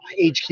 HQ